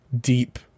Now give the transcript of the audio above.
deep